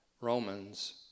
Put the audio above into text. Romans